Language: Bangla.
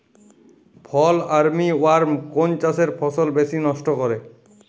ফল আর্মি ওয়ার্ম কোন চাষের ফসল বেশি নষ্ট করে?